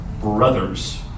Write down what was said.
brothers